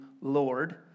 Lord